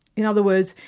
in other words,